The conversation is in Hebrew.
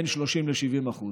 בין 30% ל-70%.